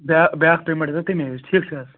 بیٛا بیٛاکھ پیمٮ۪نٛٹ دیٖزیٚو تَمے وِزِ ٹھیٖک چھا حظ